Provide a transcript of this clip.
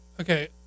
Okay